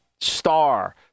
Star